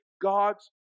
God's